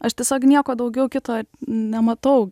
aš tiesiog nieko daugiau kito nematau